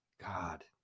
God